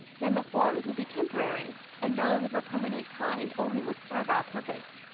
then the forms would be temporary, and those of a permanent kind only would serve our purpose.